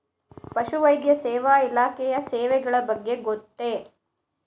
ಪಶುವೈದ್ಯ ಸೇವಾ ಇಲಾಖೆಯ ಸೇವೆಗಳ ಬಗ್ಗೆ ಗೊತ್ತೇ?